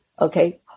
Okay